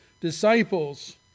disciples